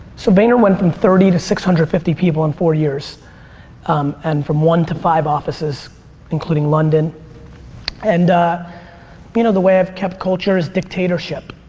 so vayner went from thirty to six hundred and fifty people in four years um and from one to five offices including london and you know the way i've kept culture is dictatorship.